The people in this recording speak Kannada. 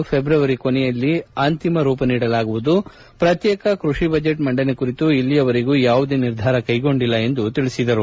ಫೆಬ್ರವರಿ ಕೊನೆಯಲ್ಲಿ ಅಂತಿಮ ರೂಪ ನೀಡಲಾಗುವುದು ಪ್ರತ್ಯೇಕ ಕೃಷಿ ಬಜೆಟ್ ಮಂಡನೆ ಕುರಿತು ಅಲ್ಲಿಯವರೆಗೂ ಯಾವುದೇ ನಿರ್ಧಾರ ಕೈಗೊಂಡಿಲ್ಲ ಎಂದು ಅವರು ತಿಳಿಸಿದರು